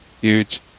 Huge